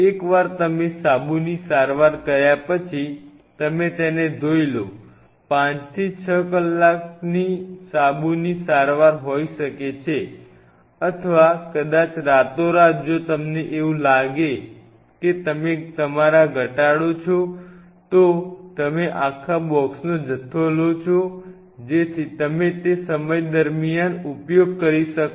એકવાર તમે સાબુની સારવાર કર્યા પછી તમે તેને ધોઈ લો 5 6 કલાકની સાબુની સારવાર હોઈ શકે છે અથવા કદાચ રાતોરાત જો તમને એવું લાગે કે તમે તમારા ઘટાડો છો તો તમે આખા બોક્સનો જથ્થો લો છો જેથી તમે તે સમયગાળા દરમિયાન ઉપયોગ કરી શકો